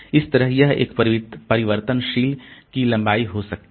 इस तरह यह एक परिवर्तनशील की लंबाई हो सकती है